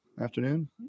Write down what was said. afternoon